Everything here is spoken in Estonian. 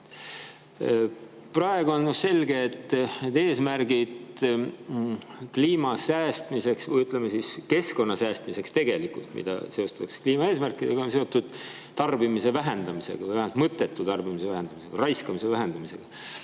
Praegu on selge, et need eesmärgid kliima säästmiseks või, ütleme siis, keskkonna säästmiseks tegelikult, mida seostatakse kliimaeesmärkidega, on seotud tarbimise vähendamisega või vähemalt mõttetu tarbimise vähendamisega, raiskamise vähendamisega.